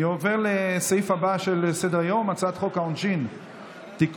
אני עובר לסעיף הבא בסדר-היום: הצעת חוק העונשין (תיקון,